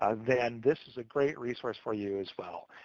um then this is a great resource for you, as well.